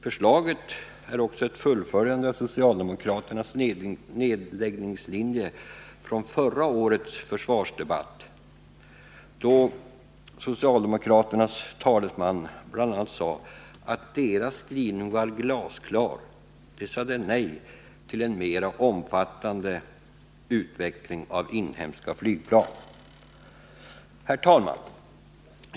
Förslaget är också ett fullföljande av socialdemokraternas nedläggningslinje från förra årets försvarsdebatt, då socialdemokraternas talesman bl.a. sade att deras skrivning var glasklar. De sade nej till en mera omfattande utveckling av inhemska flygplan. Herr talman!